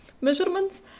measurements